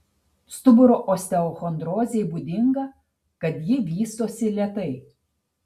stuburo osteochondrozei būdinga kad ji vystosi lėtai